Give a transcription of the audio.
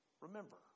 Remember